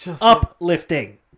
Uplifting